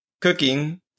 cooking